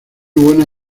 buena